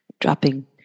Dropping